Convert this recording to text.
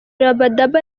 rabadaba